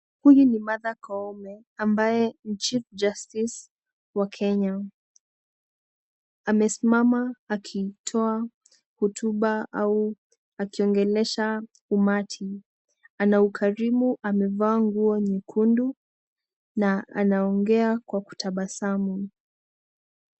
Huyu ni mother koume ambaye ni chief justice wa kenya amesimama akitoa hotuba akionyesha umati anaukarimu amefaa nguo nyekundu na anongea akitabasamu.